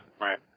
Right